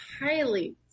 highly